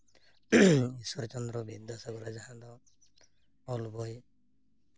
ᱤᱥᱥᱚᱨ ᱪᱚᱫᱨᱚ ᱵᱤᱫᱽᱫᱟᱥᱟᱜᱚᱨᱼᱟᱜ ᱡᱟᱦᱟᱸ ᱫᱚ ᱚᱞ ᱵᱳᱭ